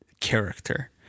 character